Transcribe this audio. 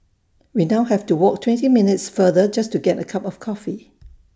we now have to walk twenty minutes farther just to get A cup of coffee